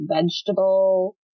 vegetable